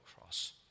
cross